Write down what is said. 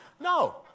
No